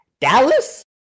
Dallas